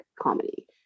comedy